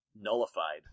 nullified